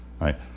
Right